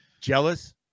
jealous